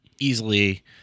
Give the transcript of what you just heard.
easily